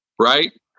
right